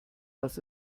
was